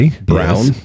brown